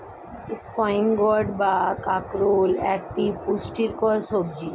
spine gourd বা কাঁকরোল একটি পুষ্টিকর সবজি